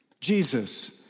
Jesus